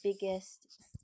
biggest